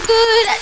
Good